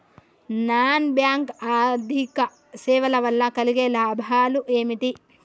Non bank ఆర్థిక సేవల వల్ల కలిగే లాభాలు ఏమిటి?